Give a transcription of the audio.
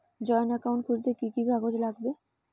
Joint account খুলতে কি কি কাগজ লাগবে?